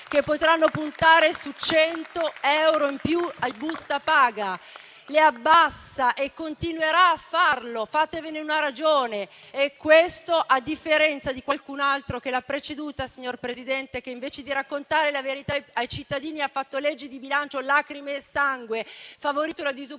che potranno puntare su 100 euro in più in busta paga. Le abbassa e continuerà a farlo, fatevene una ragione. Questo a differenza di qualcun altro che l'ha preceduta, signor Presidente, che invece di raccontare la verità ai cittadini ha fatto leggi di bilancio lacrime e sangue, favorito la disoccupazione